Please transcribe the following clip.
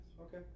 Okay